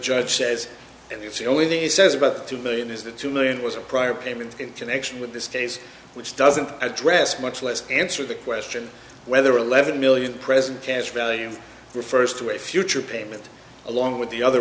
judge says if the only thing he says about two million is that two million was a prior payment in connection with this case which doesn't address much less answer the question whether eleven million present cash value refers to a future payment along with the other